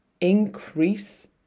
increase